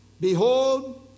Behold